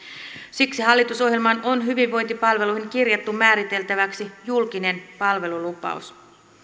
siksi hallitusohjelmaan on hyvinvointipalveluihin kirjattu määriteltäväksi julkinen palvelulupaus